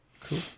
Cool